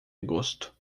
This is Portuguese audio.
gosto